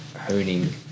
honing